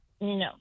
No